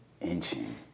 inching